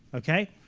ok.